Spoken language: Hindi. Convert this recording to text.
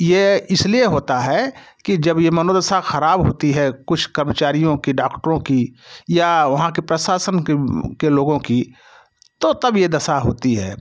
ये इसलिए होता है कि जब ये मनोदशा खराब होती है कुछ कर्मचारियों की डॉक्टरों की या वहाँ कि प्रशासन कि के लोगों कि तो तब ये दशा होती है